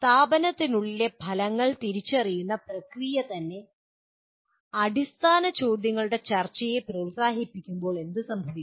സ്ഥാപനത്തിനുള്ളിലെ ഫലങ്ങൾ തിരിച്ചറിയുന്ന പ്രക്രിയ തന്നെ അടിസ്ഥാന ചോദ്യങ്ങളുടെ ചർച്ചയെ പ്രോത്സാഹിപ്പിക്കുമ്പോൾ എന്തുസംഭവിക്കും